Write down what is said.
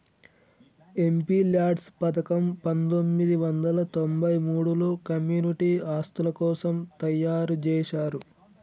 MPLADS పథకం పందొమ్మిది వందల తొంబై మూడులో కమ్యూనిటీ ఆస్తుల కోసం తయ్యారుజేశారు